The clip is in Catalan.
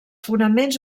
fonaments